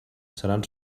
seran